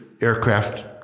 aircraft